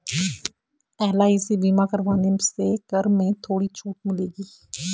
LIC बीमा करवाने से कर में थोड़ी छूट मिलेगी